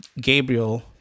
Gabriel